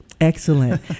Excellent